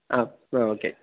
ஆ அப்போ ஓகே